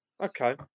okay